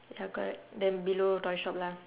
ya correct then below toy shop lah